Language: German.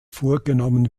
vorgenommen